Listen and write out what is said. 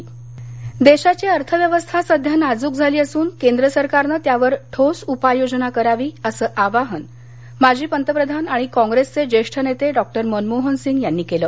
मनमोहन सिंग देशाची अर्थव्यवस्था सध्या नाजूक झाली असून केंद्र सरकारनं त्यावर ठोस उपाययोजना करावी असं आवाहन माजी पंतप्रधान आणि कॉप्रेसये ज्येष्ठ नेते डॉक्टर मनमोहन सिंग यांनी केलं